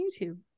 YouTube